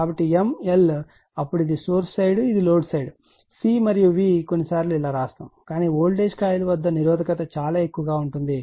కాబట్టి m l అప్పుడు ఇది సోర్స్ సైడ్ ఇది లోడ్ సైడ్ C మరియు V కొన్నిసార్లు ఇలా వ్రాస్తాము కాని వోల్టేజ్ కాయిల్ వద్ద నిరోధకత చాలా ఎక్కువగా ఉంటుంది